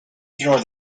ignore